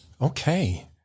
Okay